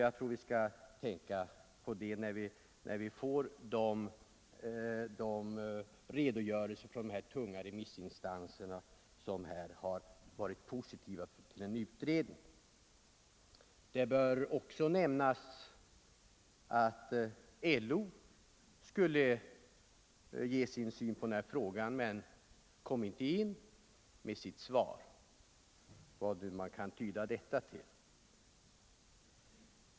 Jag tror att vi skall tänka på det när vi får redogörelserna från de tunga remissinstanser som här har varit positiva till en utredning. Det bör också nämnas att LO uppmanats ge sin syn på den här frågan, men LO kom inte in med något svar — hur man nu skall tyda detta.